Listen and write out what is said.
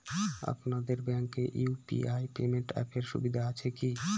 আপনাদের ব্যাঙ্কে UPI payment অ্যাপের সুবিধা আছে কি?